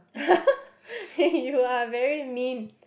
eh you are very mean